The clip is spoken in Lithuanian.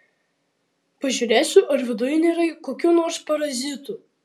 pažiūrėsiu ar viduj nėra kokių nors parazitų